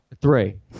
Three